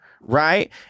right